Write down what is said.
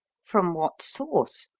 from what source?